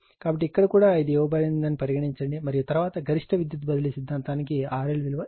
కాబట్టి ఇక్కడ కూడా ఇది ఇవ్వబడిందని పరిగణించండి మరియు తరువాత గరిష్ట విద్యుత్ బదిలీ సిద్ధాంతానికి RL విలువ ఎంత